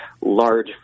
large